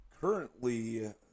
Currently